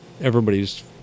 everybody's